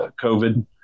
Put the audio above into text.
COVID